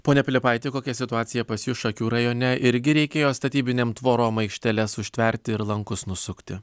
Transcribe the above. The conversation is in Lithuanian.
pone pilypaiti kokia situacija pas jus šakių rajone irgi reikėjo statybinėm tvorom aikšteles užtverti ir lankus nusukti